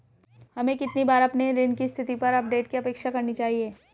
हमें कितनी बार अपने ऋण की स्थिति पर अपडेट की अपेक्षा करनी चाहिए?